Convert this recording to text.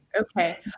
okay